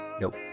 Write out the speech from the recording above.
Nope